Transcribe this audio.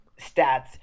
stats